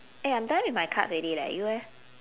eh I'm done with my cards already leh you eh